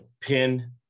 pin